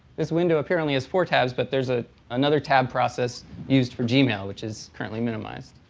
this window apparently has four tabs, but there's ah another tab process used for gmail, which is currently minimized.